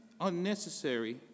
unnecessary